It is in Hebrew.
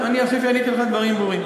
עניתי לך דברים ברורים.